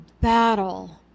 battle